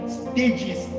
stages